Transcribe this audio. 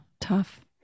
Tough